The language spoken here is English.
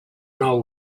know